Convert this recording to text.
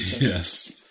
Yes